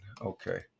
Okay